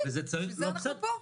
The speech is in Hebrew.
אז בשביל זה אנחנו פה,